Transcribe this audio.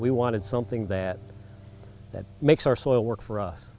we wanted something that that makes our soil work for us